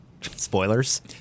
Spoilers